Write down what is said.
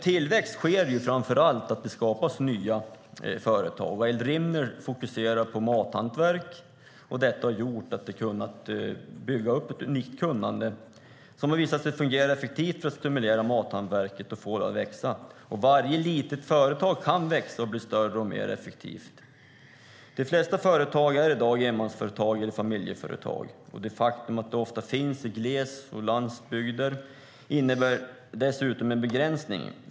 Tillväxt sker ju framför allt genom att det skapas nya företag. Eldrimner fokuserar på mathantverk. Det har gjort att man kunnat bygga upp ett unikt kunnande som har visat sig fungera effektivt och stimulera mathantverket och få det att växa. Varje litet företag kan växa och bli större och mer effektivt. De flesta företag är i dag enmansföretag eller familjeföretag. Att de ofta finns på landsbygden och i glesbygden innebär dessutom en begränsning.